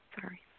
sorry